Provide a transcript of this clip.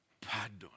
pardon